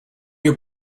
your